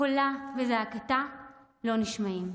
קולה וזעקתה לא נשמעים.